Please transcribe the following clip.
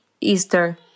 Easter